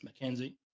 McKenzie